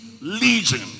legion